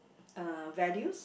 uh values